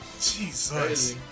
Jesus